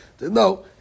No